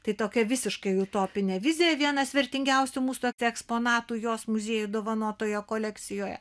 tai tokia visiškai utopinė vizija vienas vertingiausių mūsų eksponatų jos muziejui dovanotoje kolekcijoje